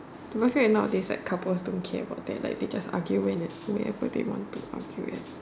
but I feel like nowadays like couples don't care what they are like they just argue when wherever they want to argue at